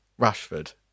Rashford